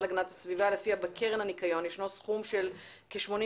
להגנת הסביבה לפיה בקרן הניקיון ישנו סכום של כ-80